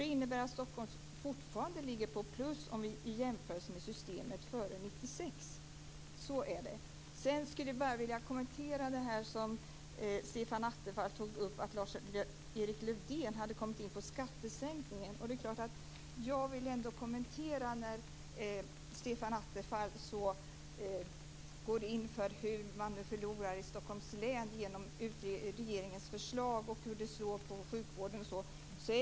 Det innebär att Stockholm fortfarande ligger på plus i jämförelse med systemet före 1996. Så är det. Jag skulle vilja kommentera det som Stefan Attefall sade om att Lars-Erik Lövdén hade kommit in på skattesänkningen. Jag vill kommentera att Stefan Attefall säger att Stockholms län förlorar på regeringens förslag och att det slår på sjukvården.